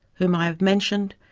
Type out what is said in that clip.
whom i have mentioned,